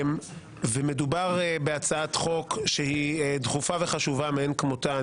ומדובר בהצעת חוק שהיא דחופה וחשובה מאין כמותה.